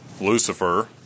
Lucifer